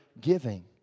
giving